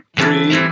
three